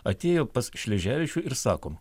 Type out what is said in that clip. atėjo pas sleževičių ir sako